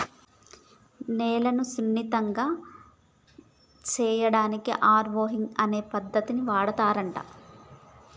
నేలను సున్నితంగా సేయడానికి హారొయింగ్ అనే పద్దతిని వాడుతారంట